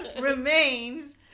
remains